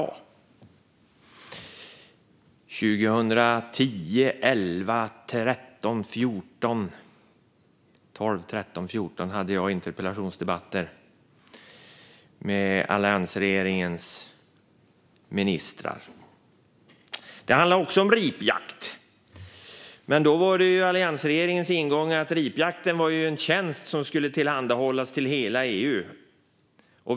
År 2010, 2011, 2012, 2013 och 2014 deltog jag i interpellationsdebatter med alliansregeringens ministrar. Också de handlade om ripjakt. Alliansregeringens ingång var dock att ripjakt var en tjänst som skulle tillhandahållas till hela EU.